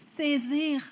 saisir